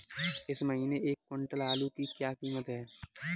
इस महीने एक क्विंटल आलू की क्या कीमत है?